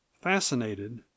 Fascinated